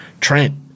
Trent